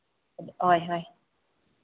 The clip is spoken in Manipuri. ꯍꯣꯏ ꯍꯣꯏ